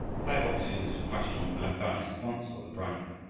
kai bok-su's flashing black eyes at once saw the bribe.